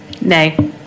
Nay